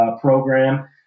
program